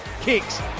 kicks